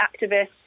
activists